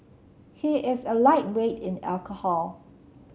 he is a lightweight in alcohol